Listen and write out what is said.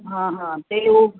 ਹਾਂ ਹਾਂ ਅਤੇ ਉਹ